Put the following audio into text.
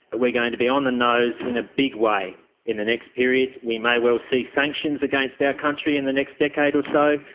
going to be on the nose in a big way in the next period. we may well see sanctions against our country in the next decade or so.